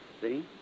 See